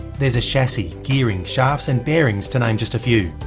there's a chassis, gearing, shafts and bearings to name just a few.